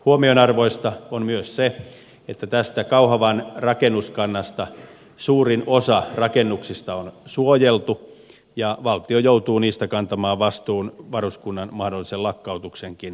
huomionarvoista on myös se että tästä kauhavan rakennuskannasta suurin osa rakennuksista on suojeltu ja valtio joutuu niistä kantamaan vastuun varuskunnan mahdollisen lakkautuksenkin jälkeen